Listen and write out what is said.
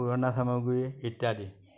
পুৰণা সামগ্ৰী ইত্যাদি